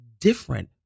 different